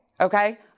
okay